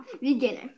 Beginner